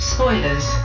Spoilers